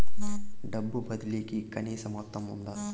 డబ్బు బదిలీ కి కనీస మొత్తం ఉందా?